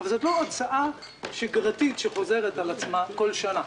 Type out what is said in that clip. אבל זו לא הוצאה שגרתית שחוזרת על עצמה בכל שנה,